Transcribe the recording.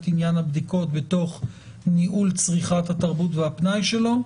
עניין הבדיקות בתוך ניהול צריכת התרבות והפנאי שלו.